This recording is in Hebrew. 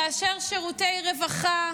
כאשר שירותי רווחה,